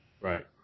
Right